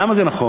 למה זה נכון?